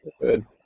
good